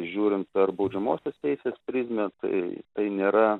žiūrint per baudžiamosios teisės prizmę tai tai nėra